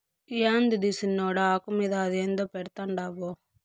యాందది సిన్నోడా, ఆకు మీద అదేందో పెడ్తండావు